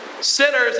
Sinners